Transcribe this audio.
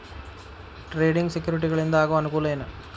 trading ಸೆಕ್ಯುರಿಟಿಗಳಿಂದ ಆಗೋ ಅನುಕೂಲ ಏನ